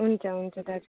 हुन्छ हुन्छ दाजु